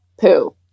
Poo